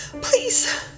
Please